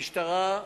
המשטרה,